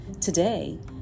Today